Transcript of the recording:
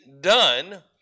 done